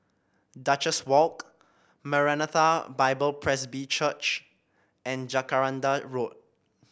Duchess Walk Maranatha Bible Presby Church and Jacaranda Road